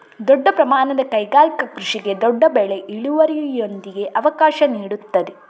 ದೊಡ್ಡ ಪ್ರಮಾಣದ ಕೈಗಾರಿಕಾ ಕೃಷಿಗೆ ದೊಡ್ಡ ಬೆಳೆ ಇಳುವರಿಯೊಂದಿಗೆ ಅವಕಾಶ ನೀಡುತ್ತದೆ